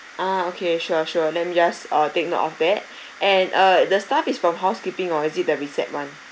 ah okay sure sure let me just uh take note of that and uh the staff is from housekeeping or is it the recept~ one